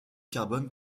carbone